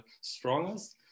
strongest